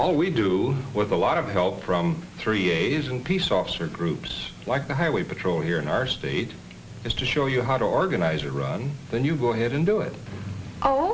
all we do with a lot of help from three isn't peace officer groups like the highway patrol here in our state is to show you how to organize around then you go ahead and do it oh